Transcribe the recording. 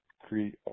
create